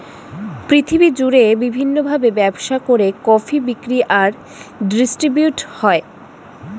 পৃথিবী জুড়ে বিভিন্ন ভাবে ব্যবসা করে কফি বিক্রি আর ডিস্ট্রিবিউট হয়